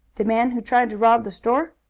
the man who tried to rob the store?